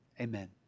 amen